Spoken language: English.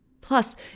Plus